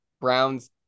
Browns